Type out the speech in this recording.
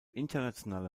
internationale